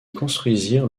construisirent